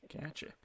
gotcha